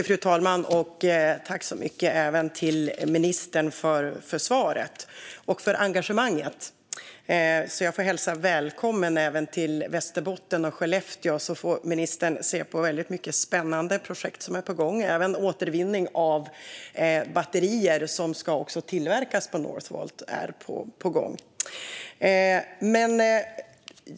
Fru talman! Tack så mycket, ministern, för svaret och för engagemanget! Jag får även hälsa välkommen till Västerbotten och Skellefteå, så får ministern se på väldigt många spännande projekt som är på gång. Även återvinning av batterier, som också ska tillverkas på Northvolt, är på gång.